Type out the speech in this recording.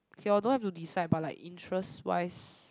K orh don't have to decide but like interest wise